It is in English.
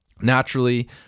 naturally